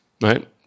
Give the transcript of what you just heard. right